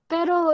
Pero